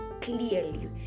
clearly